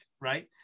Right